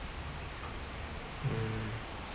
mmhmm